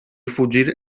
fugir